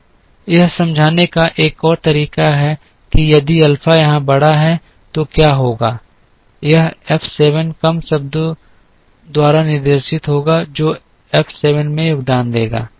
यह समझाने का एक और तरीका है कि यदि अल्फा यहां बड़ा है तो क्या होगा यह एफ 7 कम शब्दों द्वारा निर्देशित होगा जो एफ 7 में योगदान देगा